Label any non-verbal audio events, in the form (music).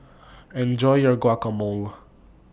Enjoy your Guacamole (noise)